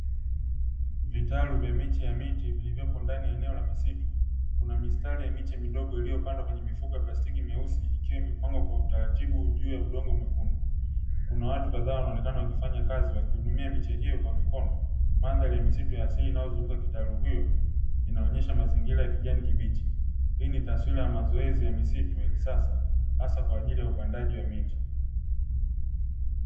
Vitalu vya miche ya miti vilivyopo ndani ya eneo la msitu kuna mistari ya miche midogo iliyopandwa kwenye mifuko ya plastiki meusi ikiwa imepangwa kwa utaratibu, juu ya udongo mwekundu kuna watu kadhaa wakiwa waonekana wanafanyakazi wakiudumia miche hiyo kwa mikono, mandhari ya msitu ya asili inyozunguka kitalu hiyo inaonyesha mazingira ya kijani kibichi hii ni taswira ya mazoezi ya misitu ya kisasa hasa kwajili ya upandaji wa miti.